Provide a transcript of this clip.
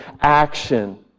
action